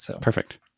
Perfect